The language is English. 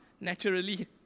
naturally